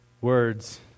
words